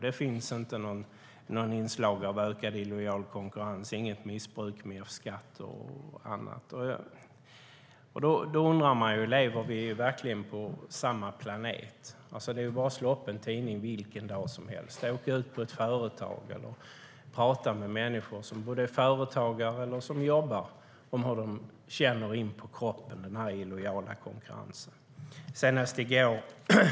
Det finns inga inslag av ökad illojal konkurrens och inget missbruk med F-skatt eller annat. Då undrar man: Lever vi verkligen på samma planet? Det är bara att slå upp en tidning vilken dag som helst, åka ut på ett företag eller prata med människor som är företagare eller som jobbar om hur de känner den här illojala konkurrensen inpå kroppen.